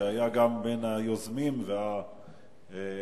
שגם היה בין היוזמים והנלחמים,